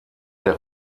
der